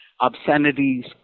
Obscenities